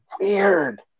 weird